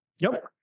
Nope